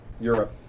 Europe